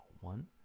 one